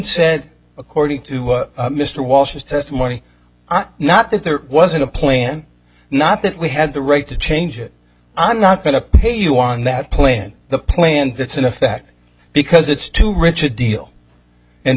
said according to mr walsh's testimony not that there wasn't a plan not that we had the right to change it i'm not going to pay you on that plan the plan that's in effect because it's too rich a deal and